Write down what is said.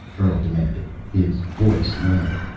earl demanded, his voice low.